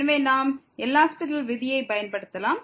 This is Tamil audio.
எனவே நாம் எல் ஹாஸ்பிடல் விதியைப் பயன்படுத்தலாம்